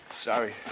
Sorry